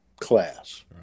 class